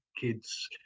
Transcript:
kids